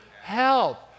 help